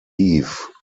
eve